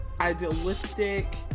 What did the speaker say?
idealistic